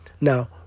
Now